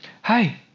Hi